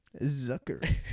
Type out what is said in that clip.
Zucker